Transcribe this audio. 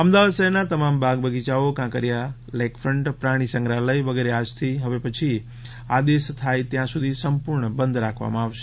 અમદાવાદ શહેરના તમામ બાગ બગિયાઓ કાંકરીયાલેકફન્ટ પ્રાણી સંગ્રહાલય વગેરે આજથી હવે પછી આદેશ થાય ત્યાં સુધી સંપૂર્ણ બંધ રાખવામાં આવશે